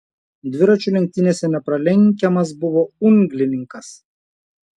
dviračių lenktynėse nepralenkiamas buvo unglininkas